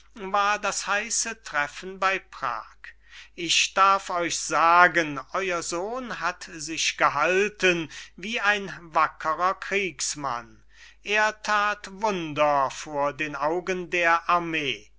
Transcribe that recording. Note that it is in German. war das heiße treffen bey prag ich darf euch sagen euer sohn hat sich gehalten wie ein wackerer kriegsmann er that wunder vor den augen der armee